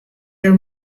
your